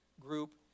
group